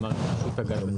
כלומר רשות ---?